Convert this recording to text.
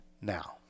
Now